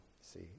See